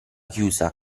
chiusa